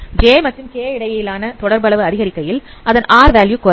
j மற்றும் k இடையேயான தொடர்பு அளவு அதிகரிக்கையில் அதன் r வேல்யூ குறையும்